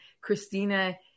Christina